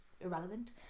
irrelevant